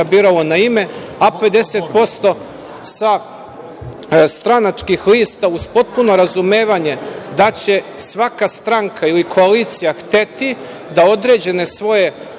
biralo na ime, a 50% sa stranačkih lista. Uz potpuno razumevanje da će svaka stranka ili koalicija hteti da određene svoje